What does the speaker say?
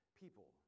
people